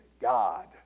God